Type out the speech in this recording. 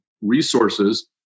resources